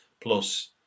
Plus